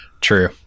true